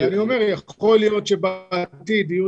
ואני אומר שיכול להיות שבעתיד יהיו